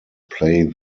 play